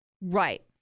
Right